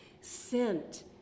sent